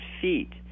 feet